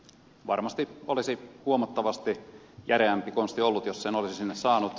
varmasti olisi huomattavasti järeämpi konsti ollut jos sen olisi sinne saanut